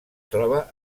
troba